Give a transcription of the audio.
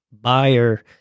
buyer